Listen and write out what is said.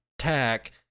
attack